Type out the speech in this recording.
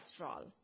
cholesterol